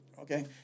okay